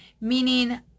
meaning